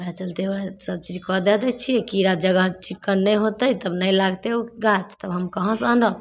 वएह चलते ओकरा सभचीजके दय दै छियै कीड़ा जगह चिकन नहि होतै तब नहि लागतै ओ गाछ तब हम कहाँ सँ आनब